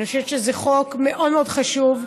אני חושבת שזה חוק מאוד מאוד חשוב,